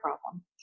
problem